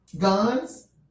guns